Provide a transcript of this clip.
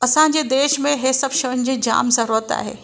असांजे देश में हे सभु शयुनि जी जामु ज़रूरत आहे